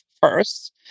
first